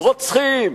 רוצחים,